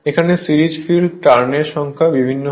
এখানে series field টার্নের সংখ্যা বিভিন্ন হয়